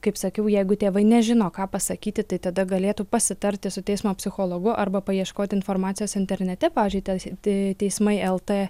kaip sakiau jeigu tėvai nežino ką pasakyti tai tada galėtų pasitarti su teismo psichologu arba paieškoti informacijos internete pavyzdžiui teis teismai el t